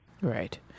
Right